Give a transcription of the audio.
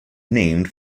named